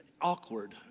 awkward